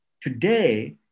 Today